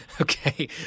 Okay